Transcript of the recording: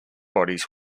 bodies